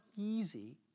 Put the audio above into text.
easy